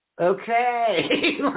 okay